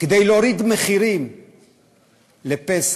כדי להוריד מחירים לפסח,